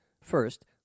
First